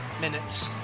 minutes